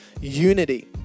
unity